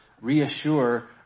reassure